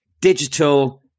digital